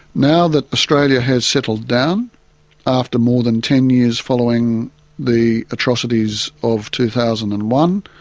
now that australia has settled down after more than ten years following the atrocities of two thousand and one,